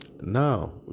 now